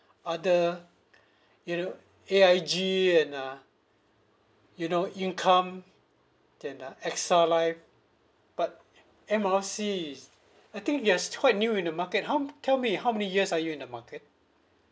other you know A_I_G and uh you know income then uh AXA life but M R C is I think it has quite new in the market how tell me how many years are you in the market